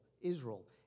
Israel